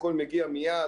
הכול מגיע מייד,